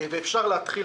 ואפשר להתחיל,